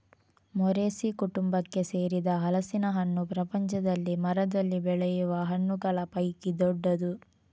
Moraceae ಕುಟುಂಬಕ್ಕೆ ಸೇರಿದ ಹಲಸಿನ ಹಣ್ಣು ಪ್ರಪಂಚದಲ್ಲಿ ಮರದಲ್ಲಿ ಬೆಳೆಯುವ ಹಣ್ಣುಗಳ ಪೈಕಿ ದೊಡ್ಡದು